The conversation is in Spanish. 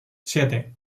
siete